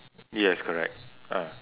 yes correct ah